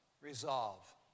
resolve